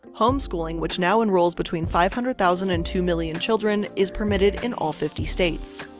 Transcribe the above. home schooling, which now enrolls between five hundred thousand and two million children, is permitted in all fifty states.